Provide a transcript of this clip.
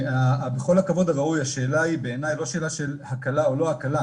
בכל הכבוד הראוי השאלה היא בעיניי היא לא של הקלה או לא הקלה,